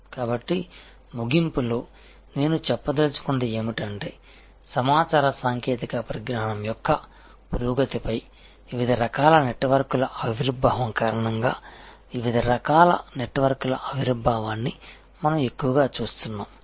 కాబట్టి ముగింపులో నేను చెప్పదలచుకున్నది ఏమిటంటే సమాచార సాంకేతిక పరిజ్ఞానం యొక్క పురోగతిపై వివిధ రకాల నెట్వర్క్ల ఆవిర్భావం కారణంగా వివిధ రకాల నెట్వర్క్ల ఆవిర్భావాన్ని మనం ఎక్కువగా చూస్తున్నాము